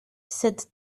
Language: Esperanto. sed